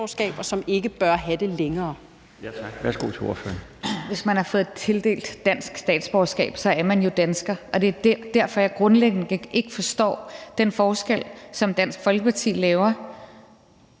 som ikke bør have det længere.